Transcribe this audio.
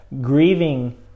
grieving